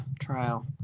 trial